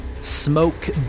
Smoke